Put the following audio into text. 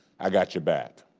i got your back.